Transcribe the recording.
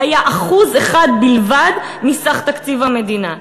הייתה 1% בלבד מסך תקציב המדינה.